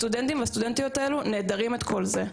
הסטודנטים והסטודנטיות האלו לא מקבלים את כל זה,